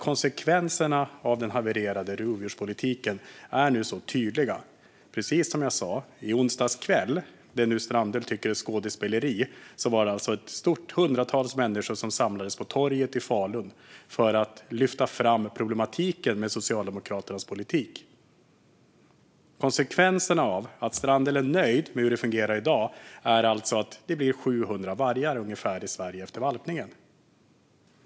Konsekvenserna av den havererade rovdjurspolitiken är nämligen så tydliga nu. Det är precis som jag sa - det som Strandhäll tycker är skådespeleri: I onsdags kväll var det hundratals människor som samlades på torget i Falun för att lyfta fram problematiken med Socialdemokraternas politik. Konsekvenserna av att Strandhäll är nöjd med hur det fungerar i dag är alltså att det blir ungefär 700 vargar i Sverige efter valpningen.